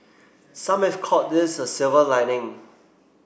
some have called this a silver lining